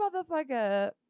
motherfucker